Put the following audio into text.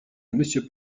monsieur